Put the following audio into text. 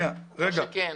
או שכן.